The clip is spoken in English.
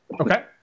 okay